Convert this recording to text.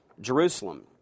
Jerusalem